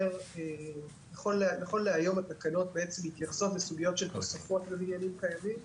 נכון להיום התקנות מתייחסות לסוגיות של תוספות לבניינים קיימים,